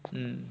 mm